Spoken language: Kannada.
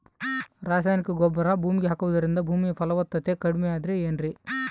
ರಾಸಾಯನಿಕ ಗೊಬ್ಬರ ಭೂಮಿಗೆ ಹಾಕುವುದರಿಂದ ಭೂಮಿಯ ಫಲವತ್ತತೆ ಕಡಿಮೆಯಾಗುತ್ತದೆ ಏನ್ರಿ?